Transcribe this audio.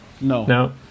No